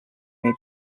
made